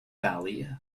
valley